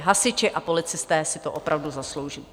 Hasiči a policisté si to opravdu zaslouží.